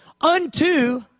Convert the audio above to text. unto